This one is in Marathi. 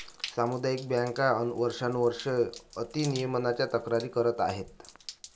सामुदायिक बँका वर्षानुवर्षे अति नियमनाच्या तक्रारी करत आहेत